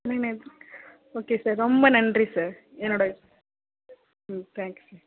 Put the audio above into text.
இன்னும் இருக்குது okay sir ரொம்ப நன்றி சார் என்னோட ம் தேங்க்யூ சார்